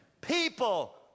people